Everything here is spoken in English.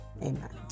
Amen